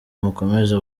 mukomeze